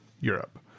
Europe